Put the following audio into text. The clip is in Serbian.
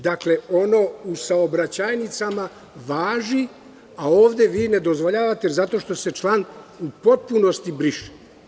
Dakle, ono u saobraćajnicama važi, a ovde vi ne dozvoljavate zato što se član u potpunosti briše.